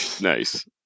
Nice